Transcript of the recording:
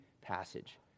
passage